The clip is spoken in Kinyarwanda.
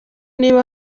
niba